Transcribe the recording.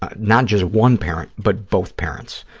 ah not just one parent, but both parents.